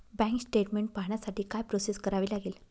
Bank statement पाहण्यासाठी काय process करावी लागेल?